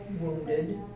wounded